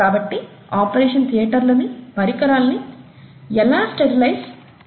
కాబట్టి ఆపరేషన్ థియేటర్లని పరికరాలని ఇలా స్టెరిలైజ్ చేస్తారు